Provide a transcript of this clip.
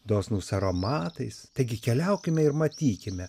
dosnūs aromatais taigi keliaukime ir matykime